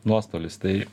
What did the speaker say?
nuostolis tai